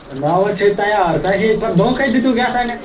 ہے ناو حظ چھےٚ تیار تۄہہِ ہے پتہٕ دھونٛکٕے دیُتوٕ کیٛاہتانٮ۪تھ